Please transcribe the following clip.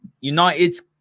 United's